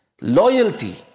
loyalty